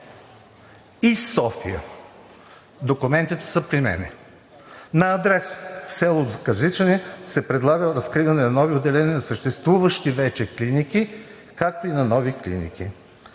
И София – документите са при мен. На адрес в село Казичене се предлага разкриване на нови отделения на съществуващи вече клиники, както и на нови клиники.